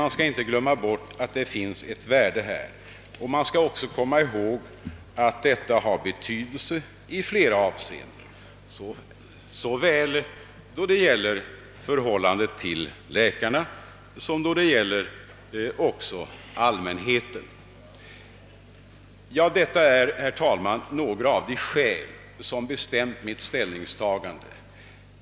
Men detta har ett visst värde, och man skall även komma ihåg att det har betydelse i flera avseenden då det gäller förhållandet till såväl läkarna som allmänheten. Detta är, herr talman, några av de skäl som har bestämt mitt ställnings tagande.